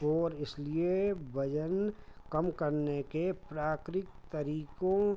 और इसलिए वज़न कम करने के प्राकृतिक तरीक़ों